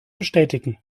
bestätigen